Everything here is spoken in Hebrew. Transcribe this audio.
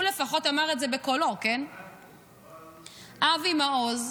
הוא לפחות אמר את זה בקולו, אבי מעוז,